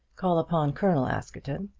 call upon colonel askerton,